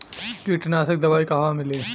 कीटनाशक दवाई कहवा मिली?